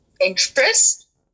interest